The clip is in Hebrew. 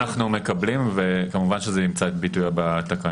העיקרון אנו מקבלים וכמובן שזה ימצא את ביטויו בתקנות.